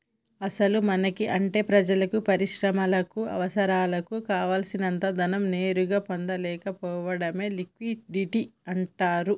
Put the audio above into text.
అసలు మనకి అంటే ప్రజలకు పరిశ్రమలకు అవసరాలకు కావాల్సినంత ధనం నేరుగా పొందలేకపోవడమే లిక్విడిటీ అంటారు